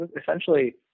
essentially